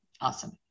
Awesome